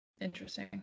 Interesting